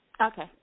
Okay